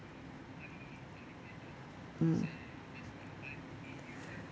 mm